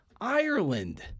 Ireland